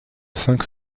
cinq